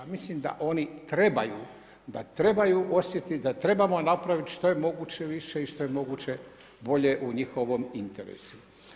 Mislim da oni trebaju, da trebaju osjetit, da trebamo napravit što je moguće više i što je moguće bolje u njihovom interesu.